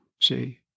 See